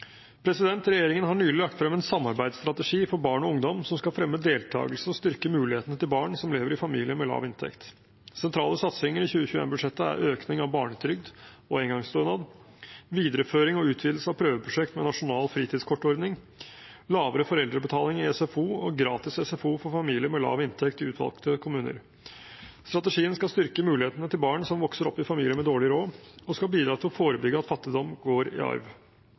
Regjeringen har nylig lagt frem en samarbeidsstrategi for barn og ungdom som skal fremme deltakelse og styrke mulighetene til barn som lever i familier med lav inntekt. Sentrale satsinger i 2021-budsjettet er økning av barnetrygd og engangsstønad, videreføring og utvidelse av prøveprosjekt med nasjonal fritidskortordning, lavere foreldrebetaling i SFO og gratis SFO for familier med lav inntekt i utvalgte kommuner. Strategien skal styrke mulighetene til barn som vokser opp i familier med dårlig råd, og bidra til å forebygge at fattigdom går i arv.